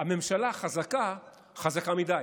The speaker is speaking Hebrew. הממשלה חזקה, חזקה מדי.